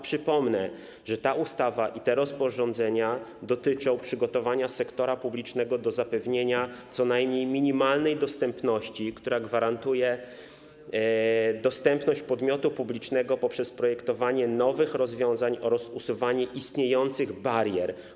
Przypomnę, że ta ustawa i te rozporządzenia dotyczą przygotowania sektora publicznego do zapewnienia co najmniej minimalnej dostępności, która gwarantuje dostępność podmiotu publicznego poprzez projektowanie nowych rozwiązań oraz usuwanie istniejących barier.